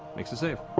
makes his save.